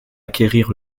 acquérir